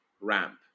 ramp